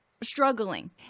struggling